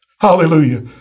Hallelujah